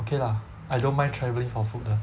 okay lah I don't mind travelling for food 的